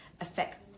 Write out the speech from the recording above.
affect